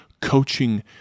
coaching